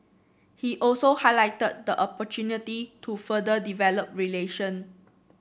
he also highlighted the opportunity to further develop relation